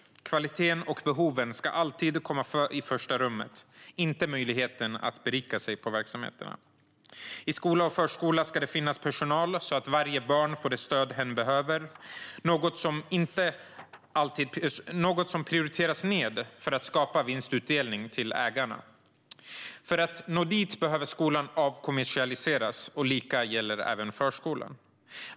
Kvaliteten och behoven ska alltid komma i första rummet, inte möjligheten att berika sig på verksamheten. I skola och förskola ska det finnas personal så att varje barn får det stöd hen behöver, något som inte får prioriteras ned för att skapa vinstutdelning till ägarna. För att nå dit behöver skolan avkommersialiseras, och det gäller även förskolan.